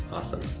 awesome.